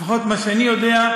לפחות ממה שאני יודע.